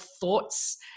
thoughts